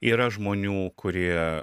yra žmonių kurie